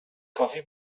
کافی